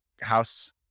house